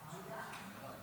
גברתי.